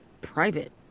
private